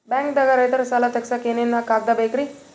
ಬ್ಯಾಂಕ್ದಾಗ ರೈತರ ಸಾಲ ತಗ್ಸಕ್ಕೆ ಏನೇನ್ ಕಾಗ್ದ ಬೇಕ್ರಿ?